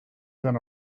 than